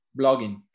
blogging